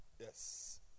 Yes